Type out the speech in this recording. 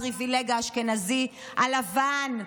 הפריבילג האשכנזי הלבן,